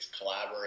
collaborate